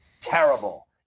terrible